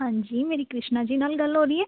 ਹਾਂਜੀ ਮੇਰੀ ਕ੍ਰਿਸ਼ਨਾ ਜੀ ਨਾਲ ਗੱਲ ਹੋ ਰਹੀ ਹੈ